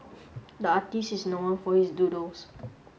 the artist is known for his doodles